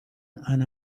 and